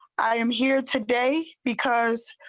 i'm here today because.